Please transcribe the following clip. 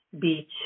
beach